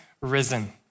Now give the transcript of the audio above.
risen